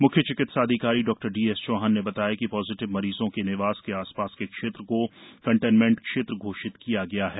म्ख्य चिकित्सा अधिकारी डॉ डीएस चौहान ने बताया कि पॉजिटिव मरीजों के निवास के आसपास के क्षेत्र को कन्टेन्मेंट क्षेत्र घोषित किया गया है